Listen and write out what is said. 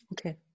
okay